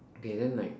okay then like